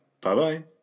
Bye-bye